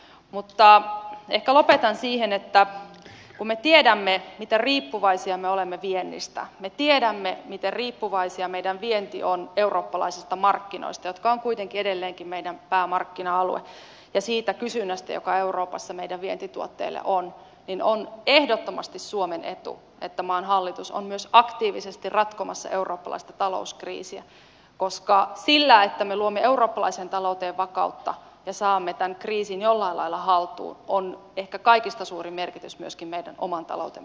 mutta ehkä lopetan siihen että kun me tiedämme miten riippuvaisia me olemme viennistä me tiedämme miten riippuvaista meidän vienti on eurooppalaisista markkinoista jotka ovat kuitenkin edelleenkin meidän päämarkkina alueemme ja siitä kysynnästä joka euroopassa meidän vientituotteillamme on niin on ehdottomasti suomen etu että maan hallitus on myös aktiivisesti ratkomassa eurooppalaista talouskriisiä koska sillä että me luomme eurooppalaiseen talouteen vakautta ja saamme tämän kriisin jollain lailla haltuun on ehkä kaikista suurin merkitys myöskin meidän oman taloutemme kehittymiselle